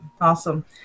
awesome